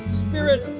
spirit